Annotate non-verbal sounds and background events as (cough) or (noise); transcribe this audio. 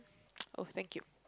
(noise) oh thank you